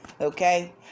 okay